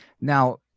Now